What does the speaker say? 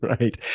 Right